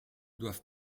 doivent